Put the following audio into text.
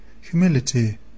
humility